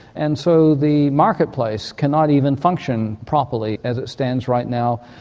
and so the marketplace cannot even function properly as it stands right now.